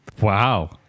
Wow